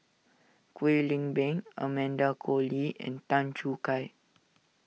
Kwek Leng Beng Amanda Koe Lee and Tan Choo Kai